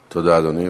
תודה, אדוני.